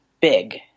big